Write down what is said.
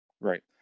Right